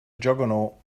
juggernaut